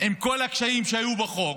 עם כל הקשיים שהיו בחוק.